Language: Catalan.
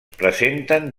presenten